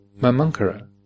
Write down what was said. mamankara